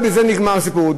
ובזה נגמר הסיפור.